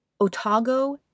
Otago